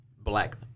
black